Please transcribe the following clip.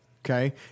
Okay